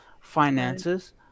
finances